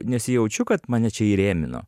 nesijaučiu kad mane čia įrėmino